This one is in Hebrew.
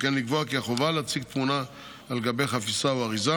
וכן לקבוע כי החובה להציג תמונה על גבי חפיסה או אריזה